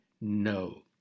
No